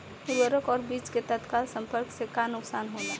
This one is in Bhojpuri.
उर्वरक और बीज के तत्काल संपर्क से का नुकसान होला?